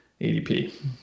ADP